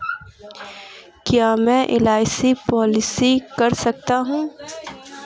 क्या मैं एल.आई.सी पॉलिसी कर सकता हूं?